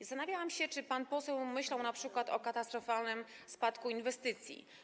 Zastanawiałam się, czy pan poseł myślał np. o katastrofalnym spadku inwestycji.